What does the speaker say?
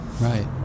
Right